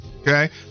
okay